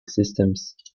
systems